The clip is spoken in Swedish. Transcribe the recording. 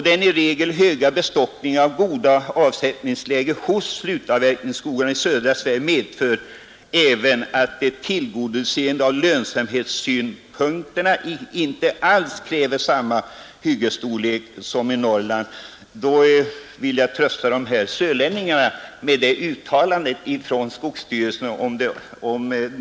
Den i regel höga bestockningen och goda avsättningsläget hos slutavverkningsskogarna i södra Sverige medför även att ett tillgodoseende av lönsamhetssynpunkterna inte alls kräver samma hyggesstorlek Jag vill trösta sörlänningarna med detta uttalande från skogsstyrelsen.